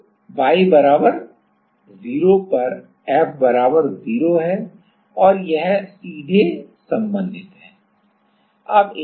तो y बराबर 0 पर F बराबर 0 है और यह सीधे संबंधित है